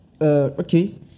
okay